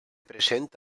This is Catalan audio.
present